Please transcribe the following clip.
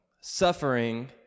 suffering